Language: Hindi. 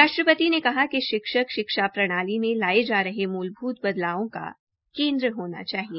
राष्ट्रपति ने कहा कि शिक्षक शिक्षा प्रणाली में लाये जा रहे मूलभूत बदलायों का केन्द्र होना चाहिए